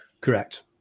Correct